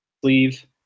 sleeve